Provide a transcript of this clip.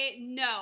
no